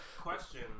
question